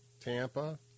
Tampa